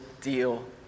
deal